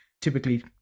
typically